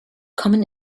common